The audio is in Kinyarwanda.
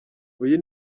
uyu